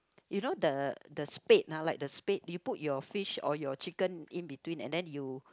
you know the the spade ah like the spade you put your fish or your chicken in between and then you